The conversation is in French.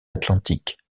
atlantiques